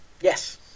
Yes